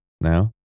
now